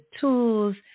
tools